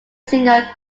singer